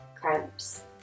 cramps